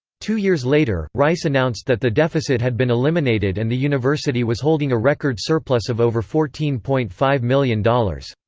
two years later, rice announced that the deficit had been eliminated and the university was holding a record surplus of over fourteen point five million dollars.